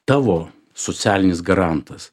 tavo socialinis garantas